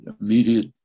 immediate